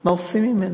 מה עושים ממנה?